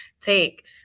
take